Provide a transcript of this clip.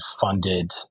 funded